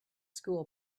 school